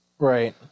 Right